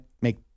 make